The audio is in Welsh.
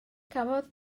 cafodd